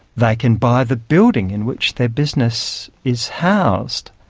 they can buy the building in which their business is housed,